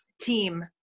team